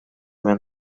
vingt